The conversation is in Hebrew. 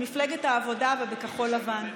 במפלגת העבודה ובכחול לבן.